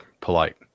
polite